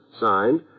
signed